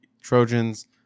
trojans